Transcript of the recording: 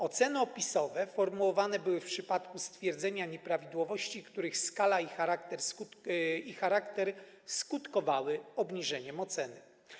Oceny opisowe formułowane były w przypadku stwierdzenia nieprawidłowości, których skala i charakter skutkowały obniżeniem oceny.